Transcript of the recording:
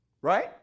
right